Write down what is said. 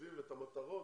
התקציביים ואת המטרות